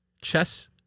Chess